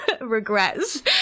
regrets